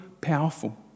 powerful